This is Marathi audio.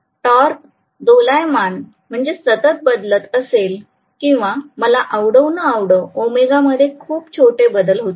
टॉर्क दोलायमान सतत बदलत असेल आणि मला आवडो किंवा न आवडो ओमेगा मध्ये खूप छोटे बदल होतील